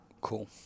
Cool